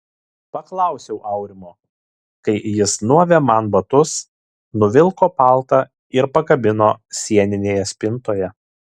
paklausiau aurimo kai jis nuavė man batus nuvilko paltą ir pakabino sieninėje spintoje